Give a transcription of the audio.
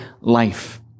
life